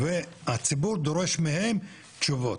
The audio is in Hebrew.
הציבור דורש מהם תשובות.